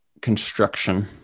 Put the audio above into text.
construction